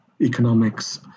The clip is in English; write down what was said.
economics